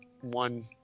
one